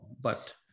but-